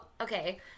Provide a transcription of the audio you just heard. okay